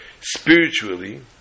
spiritually